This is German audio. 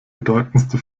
bedeutendste